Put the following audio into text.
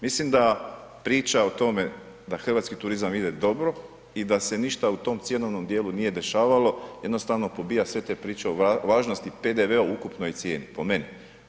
Mislim priča o tome da hrvatski turizam ide dobro i da se ništa u tom cjenovnom dijelu nije dešavalo, nije dešavalo, jednostavno pobija sve te priče o važnosti PDV-a u ukupnoj cijeni, po meni.